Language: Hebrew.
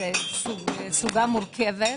סביבה מורכבת.